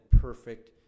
perfect